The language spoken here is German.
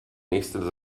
nächste